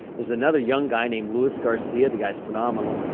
there's another young guy named luis garcia. the guy's phenomenal.